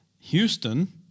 Houston